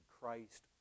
Christ